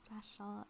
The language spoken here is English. special